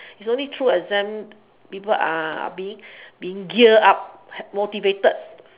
is only true exam people are being being gear up motivated